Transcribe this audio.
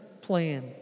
plan